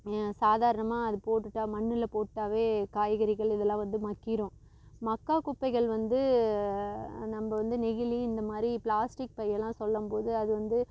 சாதாரணமாக அது போட்டுவிட்டா மண்ணில் போட்டாவே காய்கறிகள் இதுல்லாம் வந்து மக்கிரும் மக்கா குப்பைகள் வந்து நம்ப வந்து நெகிழி இந்தமாதிரி பிளாஸ்டிக் பையலாம் சொல்லம் போது அது வந்து